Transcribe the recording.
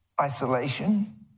isolation